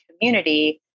community